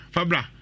Fabra